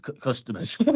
customers